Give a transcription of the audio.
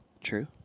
True